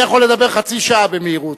אני יכול לדבר חצי שעה במהירות,